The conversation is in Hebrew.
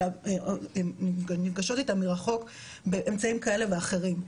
אלא נפגשות איתן מרחוק באמצעים כאלה ואחרים.